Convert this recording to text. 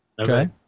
Okay